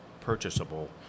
purchasable